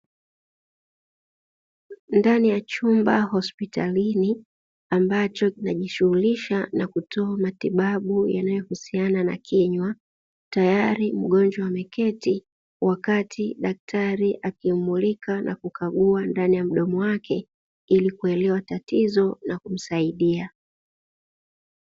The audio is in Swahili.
Ndani ya chumba hospitalini ambacho kinajishughulisha na kutoa matibabu yanayohusiana na kinywa, tayari mgonjwa ameketi wakati daktari akimmulika na kukagua, ndani ya mdomo wake ili kuelewa tatizo na kumsaidia.